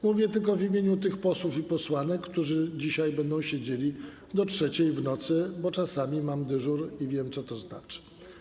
Mówię tylko w imieniu tych posłów i posłanek, którzy dzisiaj będą siedzieli do godz. 3 w nocy, bo czasami mam dyżur i wiem, co to znaczy.